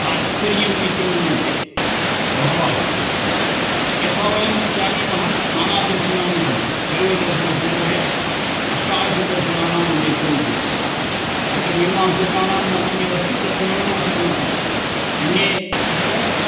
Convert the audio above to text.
तात्पर्यम् इति मन्वते बहवः यथा वयं जानीमः नानादर्शनानि सन्ति सर्वदर्शनसङ्ग्रहे अष्टादश दर्शनानाम् उल्लेखो विद्यते तत्र मीमांसकानां मतं यदस्ति तत् मीमांसकमतम् अन्ये तत्र